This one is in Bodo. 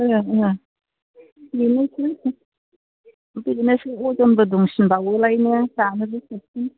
ओं ओं बेनोसै ओमफ्राय बेनासो अजनबो दंसिन बावोलायनो जानोबो साबसिन